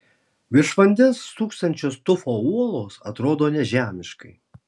virš vandens stūksančios tufo uolos atrodo nežemiškai